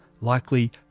likely